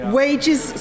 wages